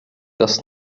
dass